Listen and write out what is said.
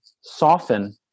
soften